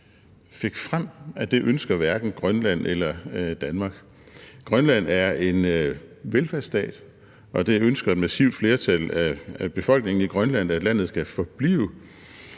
fik frem, at det ønsker hverken Grønland eller Danmark. Grønland er en velfærdsstat, og det ønsker et massivt flertal af befolkningen i Grønland at landet skal forblive.